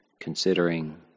considering